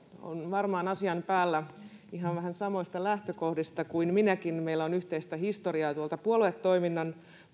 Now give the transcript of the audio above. varmaan asian päällä vähän samoista lähtökohdista kuin minäkin meillä on yhteistä historiaa tuolta puoluetoiminnan